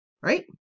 right